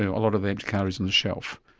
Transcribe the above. a lot of the empty calories on the shelf.